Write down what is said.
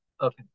okay